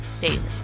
daily